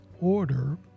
order